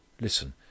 Listen